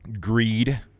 greed